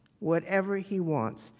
whatever he wants,